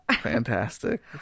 fantastic